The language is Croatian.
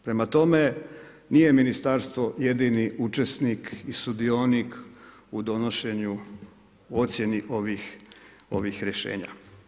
Prema tome, nije ministarstvo jedini učesnik i sudionik u donošenju ocjeni ovih rješenja.